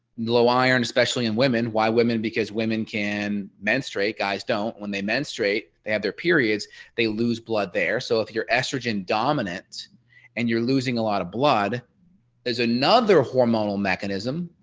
low iron especially in women, why women. because women can menstruate, guys don't, when they menstruate they had their periods they lose blood there. so if your estrogen dominant and you're losing a lot of blood there's another hormonal mechanism,